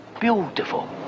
beautiful